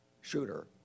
shooter